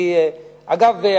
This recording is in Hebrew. אגב,